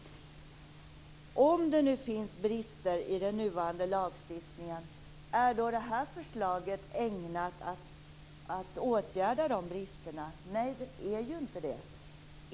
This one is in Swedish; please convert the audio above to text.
Om det nu finns brister i den nuvarande lagstiftningen, är då det här förslaget ägnat att åtgärda de bristerna? Nej, så är det inte.